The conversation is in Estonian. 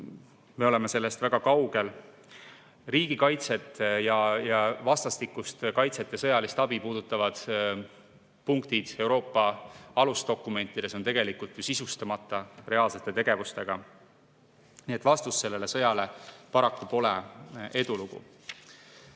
me oleme sellest väga kaugel. Riigikaitset ja vastastikust kaitset ja sõjalist abi puudutavad punktid Euroopa alusdokumentides on tegelikult sisustamata reaalsete tegevustega. Nii et vastus sellele sõjale paraku pole edulugu.